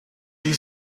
you